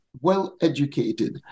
well-educated